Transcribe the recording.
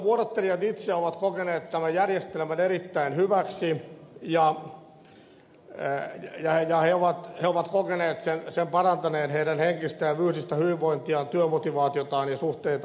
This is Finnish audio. vuorottelijat itse ovat kokeneet tämän järjestelmän erittäin hyväksi ja he ovat kokeneet sen parantaneen heidän henkistä ja fyysistä hyvinvointiaan työmotivaatiotaan ja suhteitaan perheeseen